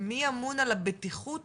מי אמון על הבטיחות